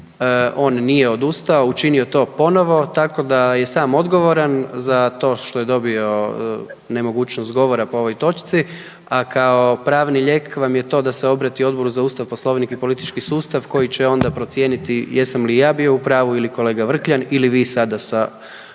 on nije odustao, učinio je to ponovno, tako da je sam odgovoran za to što je dobio nemogućnost govora po ovoj točci. A kao pravni lijek vam je to da se obrati Odboru za ustav, Poslovnik i politički sustav koji će onda procijeniti jesam li ja bio u pravu ili kolega Vrkljan ili vi sada sa vašim